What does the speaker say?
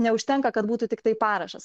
neužtenka kad būtų tiktai parašas